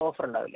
offer ഉണ്ടാവില്ല